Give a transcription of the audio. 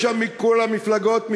יש שם מכל המפלגות,